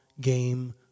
game